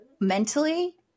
mentally